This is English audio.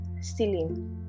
stealing